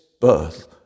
birth